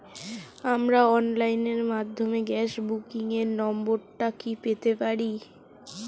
আমার অনলাইনের মাধ্যমে গ্যাস বুকিং এর নাম্বারটা কি পেতে পারি?